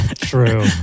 True